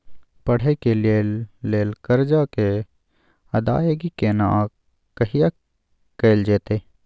पढै के लिए लेल कर्जा के अदायगी केना आ कहिया कैल जेतै?